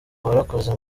warakoze